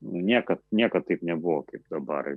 nu niekad niekad taip nebuvo kaip dabar